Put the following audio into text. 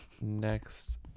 Next